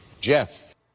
Jeff